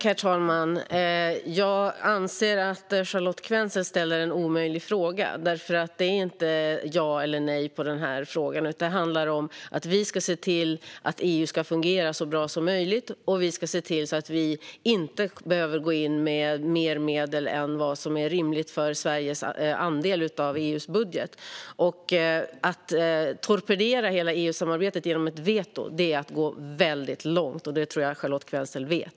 Herr talman! Jag anser att Charlotte Quensel ställer en omöjlig fråga. Svaret på frågan kan inte vara ja eller nej. Det handlar om att vi ska se till att EU ska fungera så bra som möjligt. Och vi ska se till att vi inte behöver gå in med mer medel i EU:s budget än vad som är en rimlig andel för Sverige. Att torpedera hela EU-samarbetet genom ett veto är att gå väldigt långt. Det tror jag att Charlotte Quensel vet.